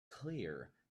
clear